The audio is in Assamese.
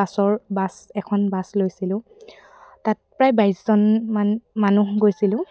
বাছৰ বাছ এখন বাছ লৈছিলোঁ তাত প্ৰায় বাইছজনমান মানুহ গৈছিলোঁ